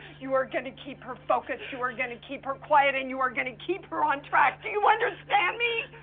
are going to keep her focused, you are going to keep her quiet and you are going to keep her on track. do you understand me?